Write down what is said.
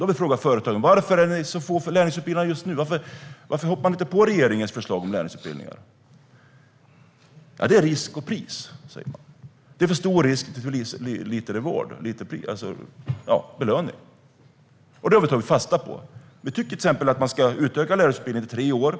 Vi har frågat företagen: Varför är det så få lärlingsutbildningar just nu? Varför hoppar ni inte på regeringens förslag om lärlingsutbildningar? Det svar vi fått är att det beror på risk och pris. Det är för stor risk och för liten belöning. Detta har vi tagit fasta på. Vi tycker att man ska utöka lärlingsutbildningen till tre år.